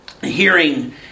hearing